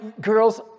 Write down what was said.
girls